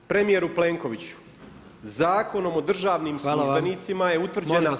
Premijeru Plenkoviću, Zakonom o državnim službenicima je utvrđena